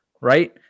right